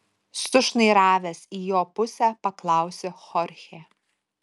sušnairavęs į jo pusę paklausė chorchė